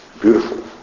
beautiful